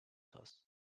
thus